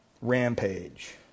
rampage